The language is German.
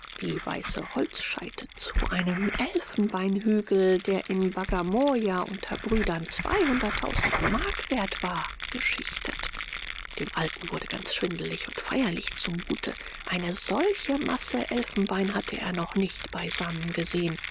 wie weiße holzscheite zu einem elfenbeinhügel der in bagamoyo unter brüdern zweihunderttausend mark wert war geschichtet dem alten wurde ganz schwindlig und feierlich zu mute eine solche masse elfenbein hatte er noch nicht beisammen gesehen